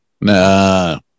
Nah